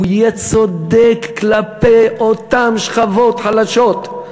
הוא יהיה צודק כלפי אותן שכבות חלשות.